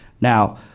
Now